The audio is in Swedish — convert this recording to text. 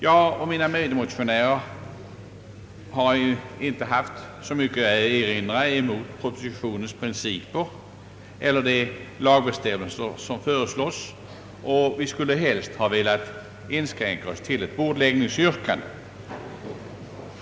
Jag och mina medmotionärer har inte haft så mycket att erinra mot propositionens principer eller de lagbestämmelser som föreslås, och vi skulle helst ha velat inskränka oss till ett bordläggningsyrkande.